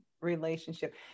relationship